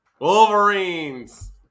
wolverines